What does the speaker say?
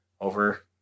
over